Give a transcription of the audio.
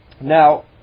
Now